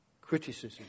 Criticism